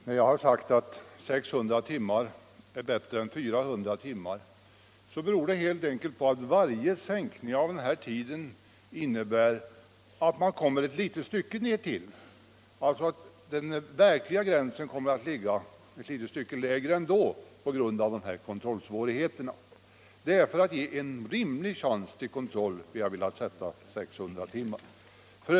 Herr talman! När jag har sagt att 600 timmar är bättre än 400 timmar så är det helt enkelt därför att varje sänkning av denna tid innebär att man kommer ett litet stycke längre ned; den verkliga gränsen kommer på grund av kontrollsvårigheterna att ligga ännu ett litet stycke lägre. Det är för att ge en rimlig chans till kontroll som vi har velat sätta gränsen vid 600 timmar.